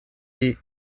die